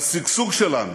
השגשוג שלנו,